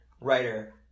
writer